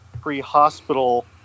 pre-hospital